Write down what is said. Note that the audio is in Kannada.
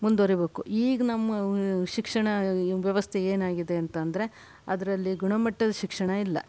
ಮುಂದುವರಿಬೇಕು ಈಗ ನಮ್ಮ ಶಿಕ್ಷಣ ವ್ಯವಸ್ಥೆ ಏನಾಗಿದೆ ಅಂತಂದರೆ ಅದರಲ್ಲಿ ಗುಣಮಟ್ಟದ ಶಿಕ್ಷಣ ಇಲ್ಲ